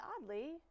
oddly